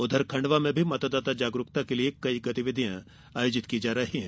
उधर खंडवा में भी मतदाता जागरूकता के लिए कई गतिविधियां आयोजित की जा रही है